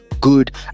good